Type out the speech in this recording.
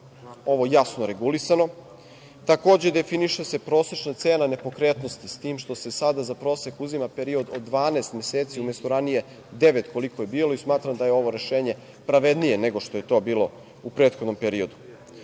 ovo jasno regulisano. Takođe, definiše se prosečna cena nepokretnosti, s tim što se sada za prosek uzima period od 12 meseci, umesto ranije 9 koliko je bilo. Smatram da je ovo rešenje pravednije nego što je to bilo u prethodnom periodu. Takođe,